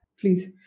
please